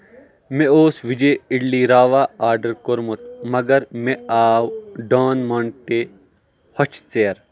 مےٚ اوس وِجے اڈلی راوا آرڈر کوٚرمُت مَگر مےٚ آو ڈون مونٹے ہۄچھ ژیرٕ